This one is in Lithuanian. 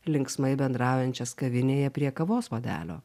linksmai bendraujančias kavinėje prie kavos puodelio